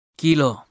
kilo